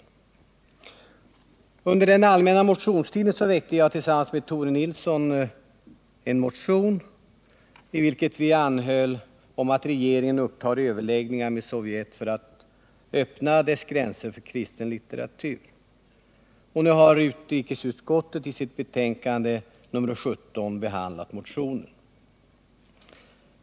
Under den allmänna motionstiden väckte jag tillsammans med Tore Nilsson en motion, i vilken vi anhöll att regeringen skulle uppta överläggningar med Sovjet för att öppna dess gränser för kristen litteratur. Utrikesutskottet har nu i sitt betänkande nr 17 behandlat motionen.